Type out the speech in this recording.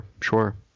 Sure